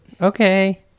Okay